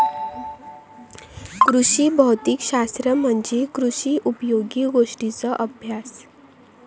कृषी भौतिक शास्त्र म्हणजे कृषी उपयोगी गोष्टींचों अभ्यास